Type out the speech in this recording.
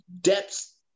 depths